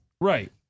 right